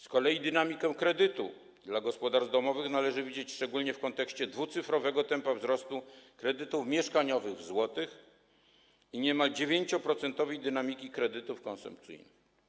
Z kolei dynamikę kredytów dla gospodarstw domowych należy widzieć szczególnie w kontekście dwucyfrowego tempa wzrostu kredytów mieszkaniowych w złotych i niemal 9-procentowej dynamiki kredytów konsumpcyjnych.